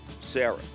Sarah